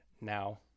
now